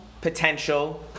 Potential